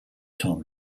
tom